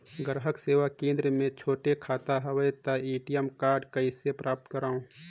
ग्राहक सेवा केंद्र मे छोटे खाता हवय त ए.टी.एम कारड कइसे प्राप्त करव?